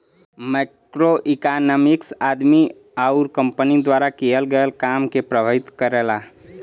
macroeconomics आदमी आउर company द्वारा किहल गयल काम के प्रभावित करला